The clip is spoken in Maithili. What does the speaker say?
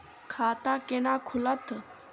खाता केना खुलत?